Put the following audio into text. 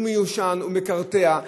הוא מיושן, הוא מקרטע,